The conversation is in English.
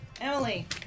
Emily